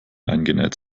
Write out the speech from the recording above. eingenäht